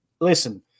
Listen